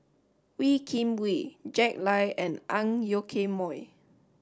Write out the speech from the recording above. Wee Kim Wee Jack Lai and Ang Yoke Mooi